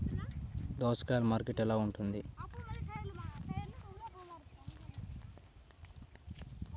దోసకాయలు మార్కెట్ ధర ఎలా ఉంటుంది?